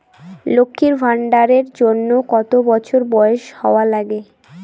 লক্ষী ভান্ডার এর জন্যে কতো বছর বয়স হওয়া লাগে?